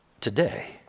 today